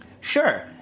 Sure